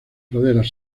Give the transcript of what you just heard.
praderas